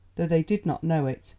though they did not know it.